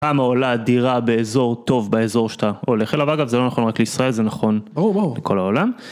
כמה עולה דירה באזור טוב באזור שאתה הולך אליו? אגב זה לא נכון רק לישראל זה נכון לכל העולם.